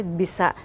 bisa